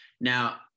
Now